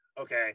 okay